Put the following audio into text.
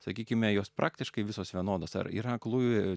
sakykime jos praktiškai visos vienodos ar yra aklųjų